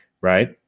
right